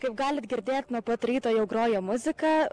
kaip galit girdėt nuo pat ryto jau groja muzika